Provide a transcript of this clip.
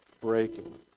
breaking